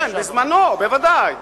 כן, בזמנך, בוודאי.